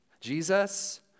Jesus